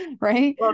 right